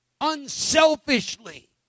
unselfishly